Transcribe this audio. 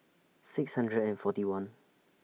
six hundred and forty one